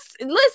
listen